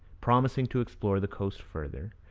promising to explore the coast further,